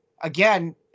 again